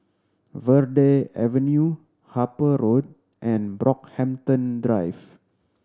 Verde Avenue Harper Road and Brockhampton Drive